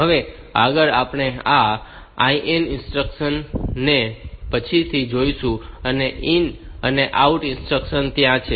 હવે આગળ આપણે આ IN ઇન્સ્ટ્રક્શન ને પછીથી જોઈશું અને ઈન અને આઉટ ઇન્સ્ટ્રક્શન્સ ત્યાં છે